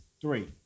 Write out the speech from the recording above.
three